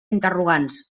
interrogants